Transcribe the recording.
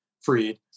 freed